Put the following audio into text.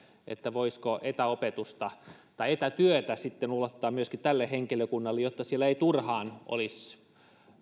voisiko etäopetusta tai etätyötä sitten ulottaa myöskin tälle henkilökunnalle jotta siellä ei turhaan olisi